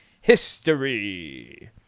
history